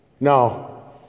No